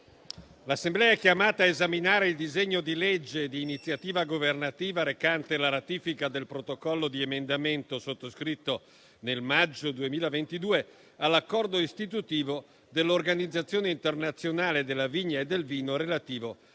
l'Assemblea è chiamata a esaminare il disegno di legge di iniziativa governativa recante la ratifica del Protocollo di emendamento sottoscritto nel maggio 2022 all'Accordo istitutivo dell'Organizzazione internazionale della vigna e del vino relativo alla